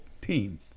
team